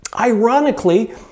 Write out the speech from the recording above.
ironically